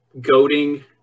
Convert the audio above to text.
goading